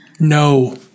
No